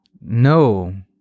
No